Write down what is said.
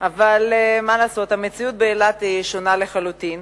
אבל מה לעשות, המציאות באילת היא שונה לחלוטין.